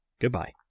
Goodbye